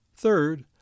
Third